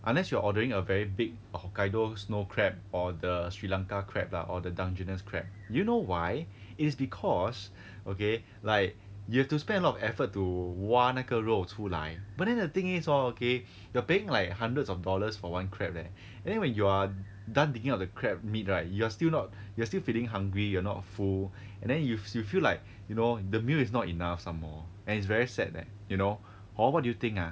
unless you're ordering a very big hokkaido snow crab or the sri lanka crab lah or the dungeness crab do you know why it's because okay like you have to spend a lot of effort to 挖那个肉出来 but then the thing is hor okay the paying like hundreds of dollars for one crab leh then when you are done digging up the crab meat right you are still not you are still feeling hungry you are not full and then you've you feel like you know the meal is not enough some more and it's very sad leh you know hor what do you think ah